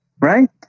right